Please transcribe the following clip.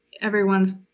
everyone's